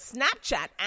Snapchat